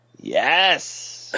Yes